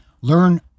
Learn